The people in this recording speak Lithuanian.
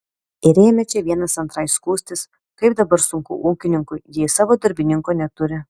ir ėmė čia vienas antrai skųstis kaip dabar sunku ūkininkui jei savo darbininko neturi